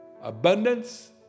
abundance